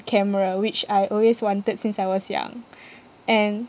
camera which I always wanted since I was young and